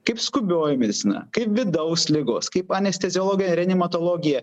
kaip skubioji medicina kaip vidaus ligos kaip anesteziologija renimatologija